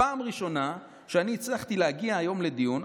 פעם ראשונה שהצלחתי להגיע היום לדיון.